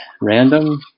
random